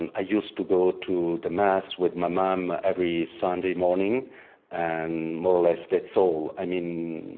and i used to go to the mass with my mom every sunday morning and more or less that's all. i mean,